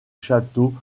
château